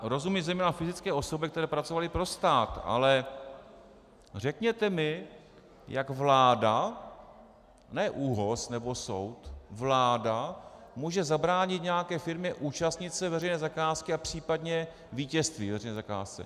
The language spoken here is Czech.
Rozumím zejména fyzickým osobám, které pracovaly pro stát, ale řekněte mi, jak vláda, ne ÚOHS nebo soud, vláda může zabránit nějaké firmě účastnit se veřejné zakázky a případně vítězství ve veřejné zakázce.